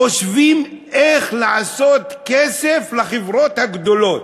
חושבים איך לעשות כסף לחברות הגדולות.